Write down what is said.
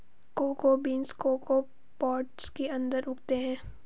cocoa beans cocoa pods के अंदर उगते हैं